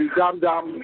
dum-dum